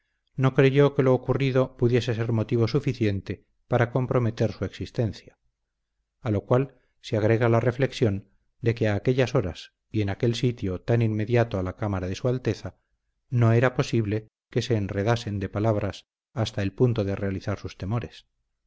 no creyó que lo ocurrido pudiese ser motivo suficiente para comprometer su existencia a lo cual se agrega la reflexión de que a aquellas horas y en aquel sitio tan inmediato a la cámara de su alteza no era posible que se enredasen de palabras hasta el punto de realizar sus temores